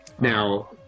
Now